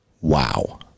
Wow